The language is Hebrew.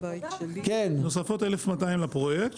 נוספות 1,200 לפרויקט.